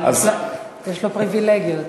יש לו פריבילגיות.